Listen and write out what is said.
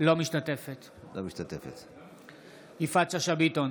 אינה משתתפת בהצבעה יפעת שאשא ביטון,